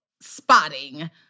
spotting